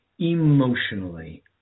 emotionally